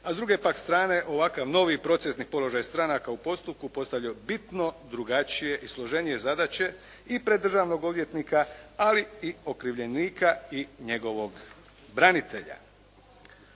a s druge pak strane ovakav novi procesni položaj stranaka u postupku postavlja bitno drugačije i složenije zadaće i pred državnog odvjetnika, ali i okrivljenika i njegovog branitelja.